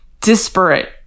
disparate